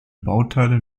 bauteile